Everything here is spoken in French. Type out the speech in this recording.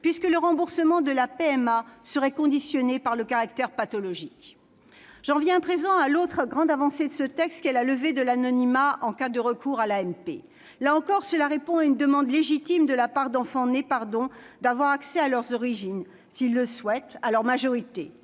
puisque le remboursement de la PMA serait conditionné par le caractère pathologique ? J'en viens à présent à l'autre grande avancée de ce texte : la levée de l'anonymat en cas de recours à l'AMP. Là encore, cela répond à une demande légitime, de la part d'enfants nés par don, d'avoir accès à leurs origines, s'ils le souhaitent, à leur majorité.